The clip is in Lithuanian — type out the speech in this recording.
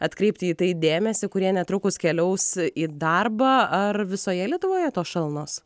atkreipti į tai dėmesį kurie netrukus keliaus į darbą ar visoje lietuvoje tos šalnos